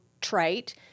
trait